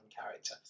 character